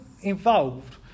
involved